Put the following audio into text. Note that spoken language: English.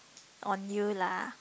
on you lah